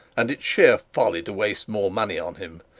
and it's sheer folly to waste more money on him.